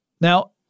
Now